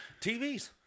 TVs